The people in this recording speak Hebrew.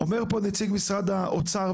אומר פה נציג משרד האוצר,